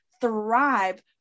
thrive